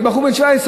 מבחור בן 17,